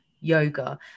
yoga